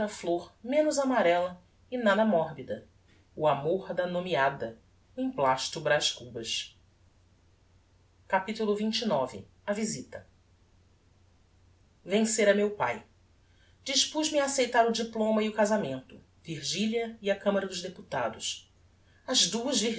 flor menos amarella e nada morbida o amor da nomeada o emplasto braz cubas capitulo xxix a visita vencera meu pae dispuz me a aceitar o diploma e o casamento virgilia e a camara dos deputados as duas